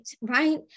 right